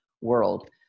world